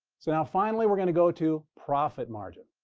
so now, finally, we're going to go to profit margin,